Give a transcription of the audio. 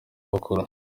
bakora